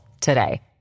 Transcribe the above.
today